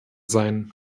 sein